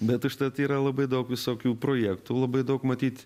bet užtat yra labai daug visokių projektų labai daug matyt